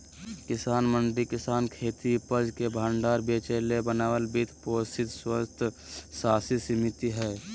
किसान मंडी किसानखेती उपज के भण्डार बेचेले बनाल वित्त पोषित स्वयात्तशासी समिति हइ